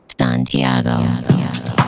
Santiago